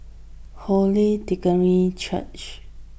Holy Trinity Church